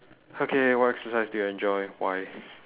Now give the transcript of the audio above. okay what exercise do you enjoy why